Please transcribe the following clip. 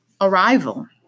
Arrival